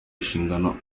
inshingano